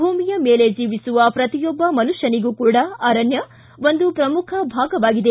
ಭೂಮಿಯ ಮೇಲೆ ಜೀವಿಸುವ ಪ್ರತಿಯೊಬ್ಬ ಮನುಷ್ಕನಿಗೂ ಕೂಡ ಅರಣ್ಯ ಒಂದು ಪ್ರಮುಖ ಭಾಗವಾಗಿದೆ